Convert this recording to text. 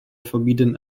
forbidden